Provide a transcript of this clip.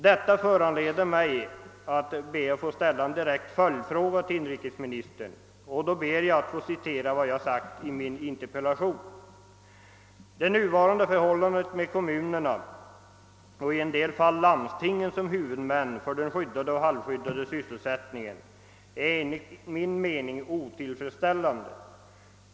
Detta föranleder mig att citera vad jag sagt i min interpellation: »Det nuvarande förhållandet med kommunerna, och i en del fall landstingen, som huvudmän för den skyddade och halvskyddade sysselsättningen är enligt min mening otillfredsställande.